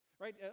right